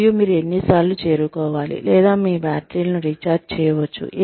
మరియు మీరు ఎన్నిసార్లు చేరుకోవాలి లేదా మీ బ్యాటరీలను రీఛార్జ్ చేయవచ్చు